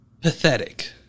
pathetic